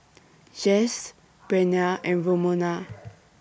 Jesse Breanna and Romona